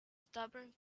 stubborn